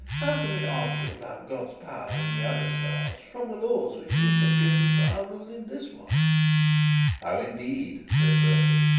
how can we argue about god's power in the other stars from the laws which he has given for our role in this one how indeed said bertie.